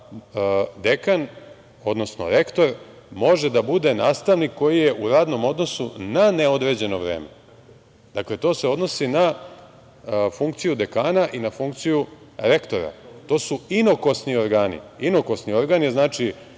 da dekan, odnos rektor može da bude nastavnik koji je u radnom odnosu na neodređeno vreme. Dakle, to se odnosi na funkciju dekana i na funkciju rektora to su inokosni organi. Inokosni organ je organ